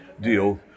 deal